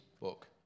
book